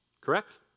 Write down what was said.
Correct